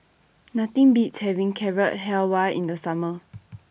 Nothing Beats having Carrot Halwa in The Summer